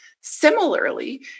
Similarly